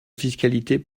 fiscalité